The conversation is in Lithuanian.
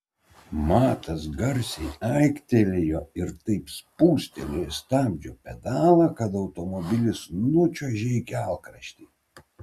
matas garsiai aiktelėjo ir taip spustelėjo stabdžio pedalą kad automobilis nučiuožė į kelkraštį